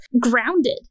grounded